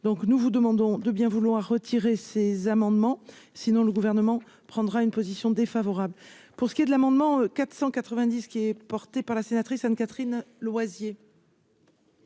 Donc, nous vous demandons de bien vouloir retirer ces amendements, sinon le gouvernement prendra une position défavorable pour ce qui est de l'amendement 490 qui est portée par la sénatrice Anne-Catherine Loisier.